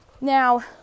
Now